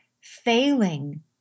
failing